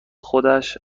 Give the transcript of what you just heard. خودش